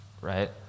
Right